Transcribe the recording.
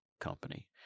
company